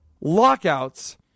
lockouts